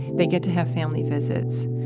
they get to have family visits,